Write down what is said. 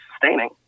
sustaining